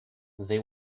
they